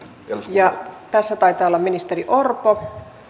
ja tässä taitaa olla ministeri orpo